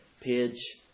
page